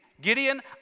Gideon